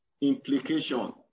implication